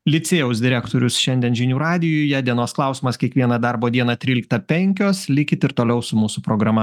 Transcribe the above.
licėjaus direktorius šiandien žinių radijuje dienos klausimas kiekvieną darbo dieną tryliktą penkios likit ir toliau su mūsų programa